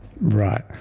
Right